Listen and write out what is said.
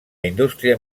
indústria